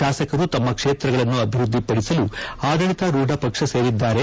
ಶಾಸಕರು ತಮ್ಮ ಕ್ಷೇತ್ರಗಳನ್ನು ಅಭಿವೃದ್ಧಿಪಡಿಸಲು ಆಡಳಿತಾರೂಢ ಪಕ್ಷ ಸೇರಿದ್ದಾರೆ